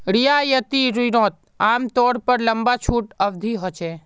रियायती रिनोत आमतौर पर लंबा छुट अवधी होचे